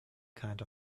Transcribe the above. kind